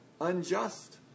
unjust